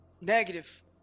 negative